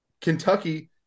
Kentucky